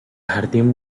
jardín